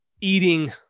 eating